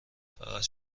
فقط